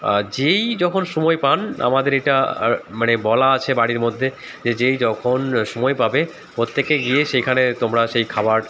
আর যেই যখন সময় পান আমাদের এটা মানে বলা আছে বাড়ির মধ্যে যে যেই যখন সময় পাবে প্রত্যেকে গিয়ে সেইখানে তোমরা সেই খাবার